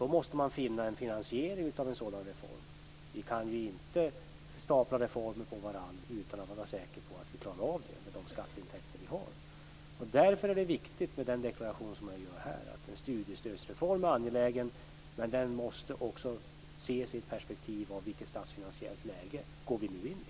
Då måste man finna en finansiering av en sådan reform. Vi kan ju inte stapla reformer på varandra utan att vara säkra på att vi klarar av det med de skatteintäkter vi har. Därför är det viktigt med den deklaration som jag gör här, att en studiestödsreform är angelägen, men den måste också ses i ett perspektiv av vilket statsfinansiellt läge vi nu går in i.